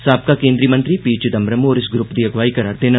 साबका केंद्री मंत्री पी चिदम्बरम होर इस ग्रुप दी अगुवाई करा'रदे न